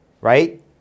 right